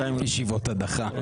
ישיבות הדחה?